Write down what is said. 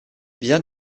bien